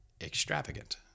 extravagant